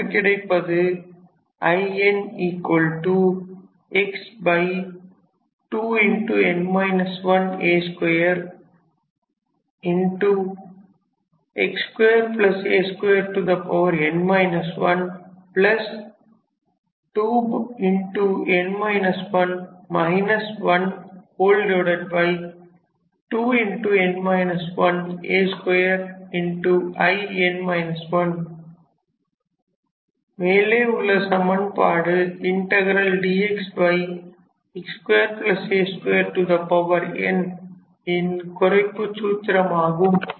நமக்கு கிடைப்பது மேலே உள்ள சமன்பாடு dxx2 a 2 n ன் குறைப்புச் சூத்திரமாகும்